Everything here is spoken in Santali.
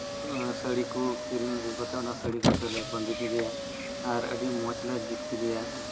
ᱥᱟᱹᱲᱤ ᱠᱚ ᱠᱤᱨᱤᱧ ᱟᱹᱜᱩ ᱠᱟᱛᱮᱫ ᱥᱟᱹᱲᱤ ᱠᱚᱛᱮᱞᱮ ᱵᱟᱸᱫᱮ ᱠᱮᱫᱮᱭᱟ ᱟᱨ ᱟᱹᱰᱤ ᱢᱚᱸᱡᱞᱮ ᱡᱩᱛ ᱠᱮᱫᱮᱭᱟ